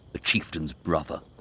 the chieftain's brother,